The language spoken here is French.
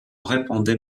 répandait